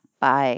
Bye